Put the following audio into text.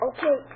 Okay